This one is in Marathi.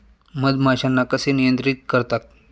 मधमाश्यांना कसे नियंत्रित करतात?